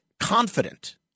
Confident